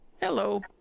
Hello